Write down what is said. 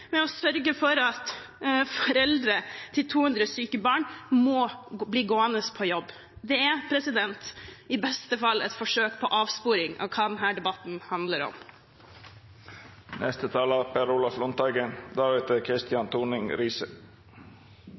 ved å sørge for at foreldre til 200 syke barn må gå på jobb. Det er i beste fall et forsøk på en avsporing av hva denne debatten handler om.